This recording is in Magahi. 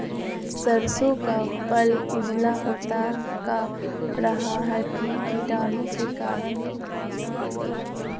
सरसो का पल उजला होता का रहा है की कीटाणु के करण?